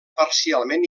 parcialment